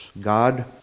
God